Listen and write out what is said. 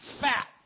fat